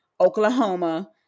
Oklahoma